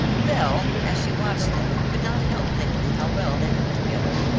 belle, as she watched them, could not help thinking how well they looked together,